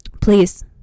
please